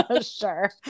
Sure